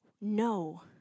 no